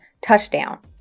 touchdown